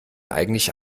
eigentlich